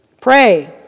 Pray